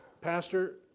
Pastor